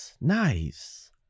Nice